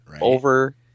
over